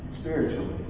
spiritually